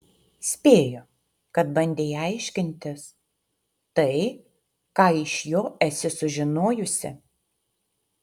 spėju kad bandei aiškintis tai ką iš jo esi sužinojusi